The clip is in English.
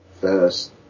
first